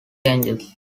changes